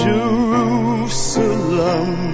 Jerusalem